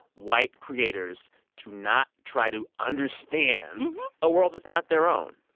white creators to not try to understand a world that's not their own.